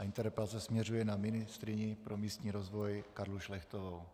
Interpelace směřuje na ministryni pro místní rozvoj Karlu Šlechtovou.